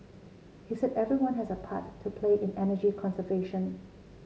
he said everyone has a part to play in energy conservation